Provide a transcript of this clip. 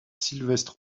sylvestre